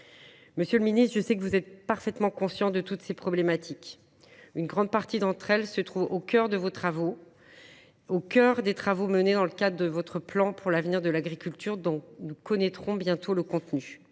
Monsieur le ministre, je sais que vous êtes parfaitement conscient de toutes ces problématiques. Une grande partie d’entre elles se trouvent au cœur des travaux que vous avez récemment menés, dans le cadre de la préparation de votre plan pour l’avenir de l’agriculture, dont nous connaîtrons bientôt le contenu.